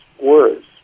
words